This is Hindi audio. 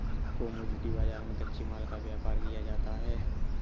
कोमोडिटी बाजार में कच्चे माल का व्यापार किया जाता है